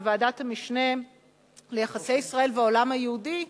בוועדת המשנה ליחסי ישראל והעולם היהודי,